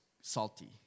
salty